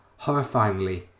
Horrifyingly